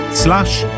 slash